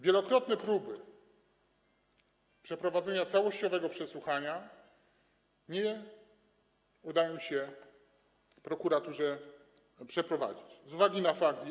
Wielokrotne próby przeprowadzenia całościowego przesłuchania nie udają się w prokuraturze przeprowadzić z uwagi na fakt.